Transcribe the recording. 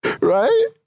right